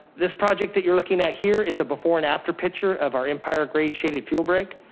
this project that you're looking at here is a before and after picture of our empire grade shaded fuel break.